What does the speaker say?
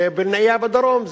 וילנאי היה בדרום,